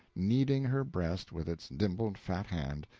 kneading her breast with its dimpled fat hand,